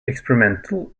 experimental